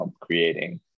creating